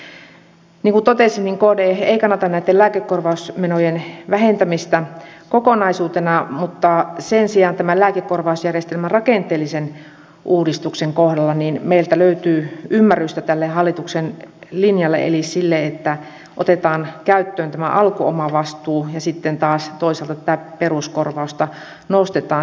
niin kuin totesin kd ei kannata näitten lääkekorvausmenojen vähentämistä kokonaisuutena mutta sen sijaan tämän lääkekorvausjärjestelmän rakenteellisen uudistuksen kohdalla meiltä löytyy ymmärrystä tälle hallituksen linjalle eli sille että otetaan käyttöön tämä alkuomavastuu ja sitten taas toisaalta tätä peruskorvausta nostetaan